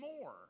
more